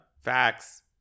Facts